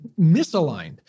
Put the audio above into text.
misaligned